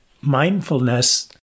mindfulness